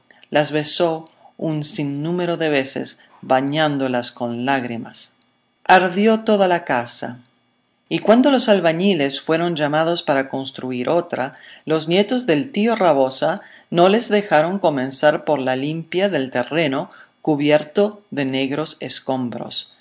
las besó un sinnúmero de veces bañándolas con lágrimas ardió toda la casa y cuando los albañiles fueron llamados para construir otra los nietos del tío rabosa no les dejaron comenzar por la limpia del terreno cubierto de negros escombros